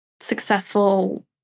successful